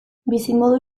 bizimodu